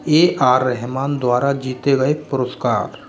ए R Rahman द्वारा जीते गए पुरस्कार